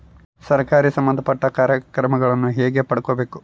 ಸರಕಾರಿ ಸಂಬಂಧಪಟ್ಟ ಕಾರ್ಯಕ್ರಮಗಳನ್ನು ಹೆಂಗ ಪಡ್ಕೊಬೇಕು?